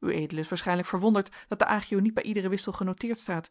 ued is waarschijnlijk verwonderd dat de agio niet bij iederen wissel genoteerd staat